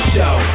Show